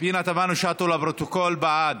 פנינה תמנו-שטה, לפרוטוקול, בעד.